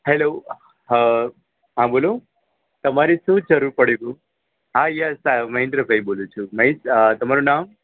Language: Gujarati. હેલો હા બોલો તમારે શું જરૂર પડી હા યસ હા મહેન્દ્રભાઈ બોલું છું મહેશ આ તમારું નામ